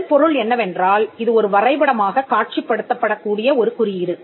இதன் பொருள் என்னவென்றால் இது ஒரு வரைபடமாகக் காட்சிப்படுத்தப் படக்கூடிய ஒரு குறியீடு